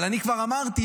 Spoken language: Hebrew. אבל אני כבר אמרתי,